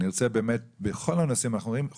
להגיע למקום שאמור לשקם אנשים תמורת שלושה שקלים